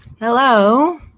Hello